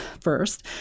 first